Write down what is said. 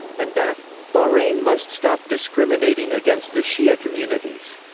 and that bahrain must stop discriminating against the shia communities.